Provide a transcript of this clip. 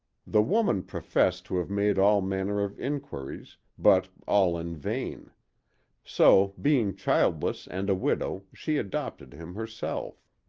the woman professed to have made all manner of inquiries, but all in vain so, being childless and a widow, she adopted him herself.